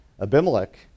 Abimelech